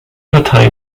partei